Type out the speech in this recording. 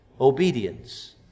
obedience